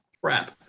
crap